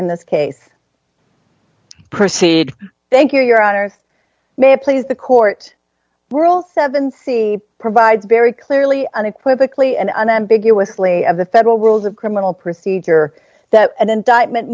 in this case proceed thank you your honor may it please the court rules seven c provides very clearly unequivocally and unambiguously of the federal rules of criminal procedure that an indictment